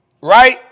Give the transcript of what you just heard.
Right